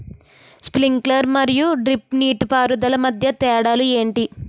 Sprinkler మరియు drip నీటిపారుదల మధ్య తేడాలు ఏంటి?